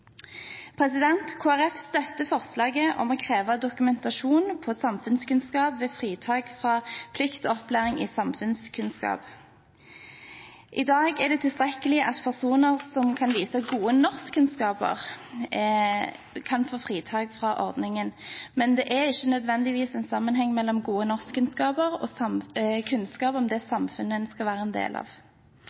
støtter forslaget om å kreve dokumentasjon på samfunnskunnskap ved fritak fra plikt til opplæring i samfunnskunnskap. I dag er det tilstrekkelig at personer som kan vise til gode norskkunnskaper, kan få fritak fra ordningen, men det er ikke nødvendigvis en sammenheng mellom gode norskkunnskaper og kunnskap om det samfunnet en skal være en del av.